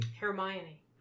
Hermione